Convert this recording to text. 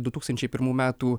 du tūkstančiai pirmų metų